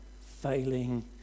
failing